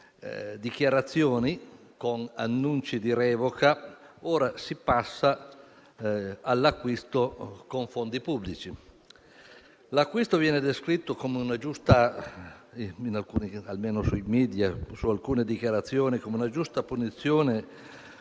dichiarazioni con annunci di revoca, ora si passa all'acquisto con fondi pubblici. L'acquisto viene descritto, almeno sui